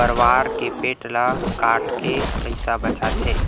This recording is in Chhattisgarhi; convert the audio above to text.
परवार के पेट ल काटके पइसा बचाथे